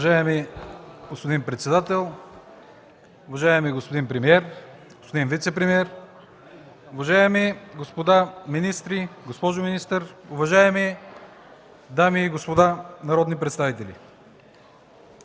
Уважаеми господин председател, уважаеми господин премиер, господин вицепремиер! Уважаеми господа министри, госпожо министър, уважаеми дами и господа народни представители!